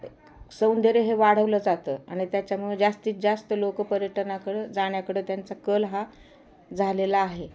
सौंदर्य हे वाढवलं जातं आणि त्याच्यामुळे जास्तीत जास्त लोकं पर्यटनाकडं जाण्याकडं त्यांचा कल हा झालेला आहे